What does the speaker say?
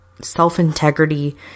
self-integrity